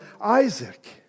Isaac